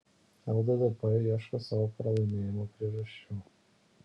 lddp ieško savo pralaimėjimo priežasčių